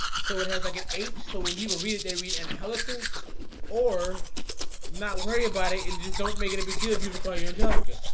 so it has i can h. so when people read it, they read and helican or not worry about it and just don't make it a big deal if you recall your angelica,